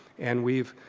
and we've